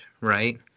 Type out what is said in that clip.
right